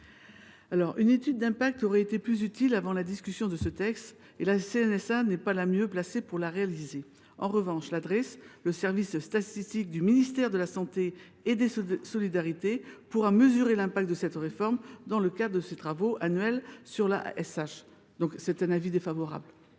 Une étude d’impact aurait été plus utile avant la discussion de ce texte. En outre, la CNSA n’est pas la mieux placée pour la réaliser. En revanche, la Drees, le service statistique du ministère de la santé et des solidarités, pourra mesurer l’impact de cette réforme dans le cadre de ses travaux annuels sur l’ASH. La commission émet